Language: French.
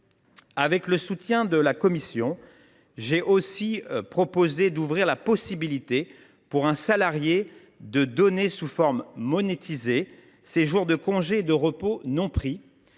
Avec le soutien de la commission, j’ai aussi proposé d’ouvrir la possibilité pour un salarié de donner, sous forme monétisée, ses jours de congé et de repos non pris,